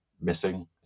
missing